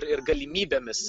ir galimybėmis